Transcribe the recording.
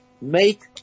make